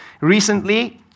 Recently